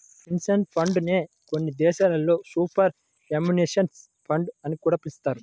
pension fund నే కొన్ని దేశాల్లో సూపర్ యాన్యుయేషన్ ఫండ్ అని కూడా పిలుస్తారు